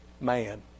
man